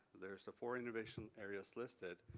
there is the four innovation areas listed.